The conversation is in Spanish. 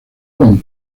con